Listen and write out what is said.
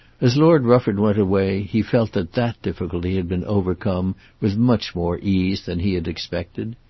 as lord rufford went away he felt that that difficulty had been overcome with much more ease than he had expected.